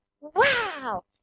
Wow